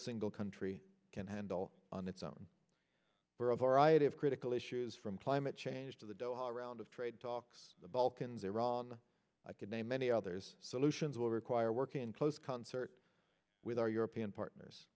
single country can handle on its own for a variety of critical issues from climate change to the doha round of trade talks the balkans iran i could name many others solutions will require working in close concert with our european partners